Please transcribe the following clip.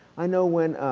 i know when